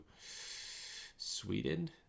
Sweden